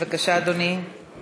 אין מתנגדים, אין